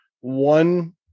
one